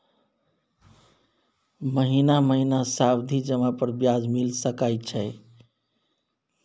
महीना महीना सावधि जमा पर ब्याज मिल सके छै?